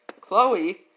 Chloe